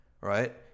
Right